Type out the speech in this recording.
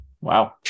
Wow